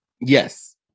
Yes